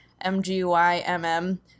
M-G-Y-M-M